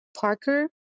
Parker